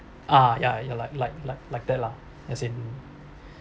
ah ya ya like like like like that lah as in